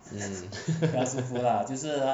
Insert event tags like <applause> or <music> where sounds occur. mm <laughs>